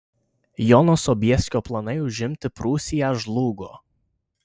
jono sobieskio planai užimti prūsiją žlugo